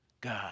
God